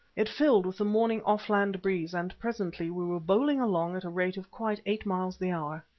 it filled with the morning off-land breeze and presently we were bowling along at a rate of quite eight miles the hour.